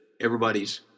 everybody's